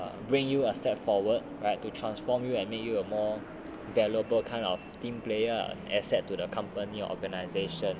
bring you a step forward right to transform you and make you a more valuable kind of team player asset to the company or organisation